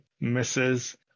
misses